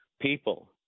people